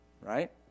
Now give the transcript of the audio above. right